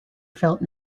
felt